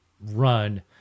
run